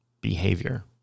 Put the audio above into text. behavior